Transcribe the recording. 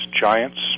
giants